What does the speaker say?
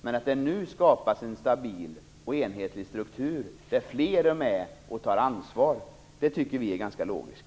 Men att det nu skapas en stabil och enhetlig struktur där fler är med och tar ansvar tycker vi är ganska logiskt.